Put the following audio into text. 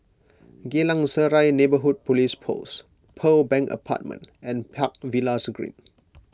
Geylang Serai Neighbourhood Police Post Pearl Bank Apartment and Park Villas Green